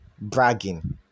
bragging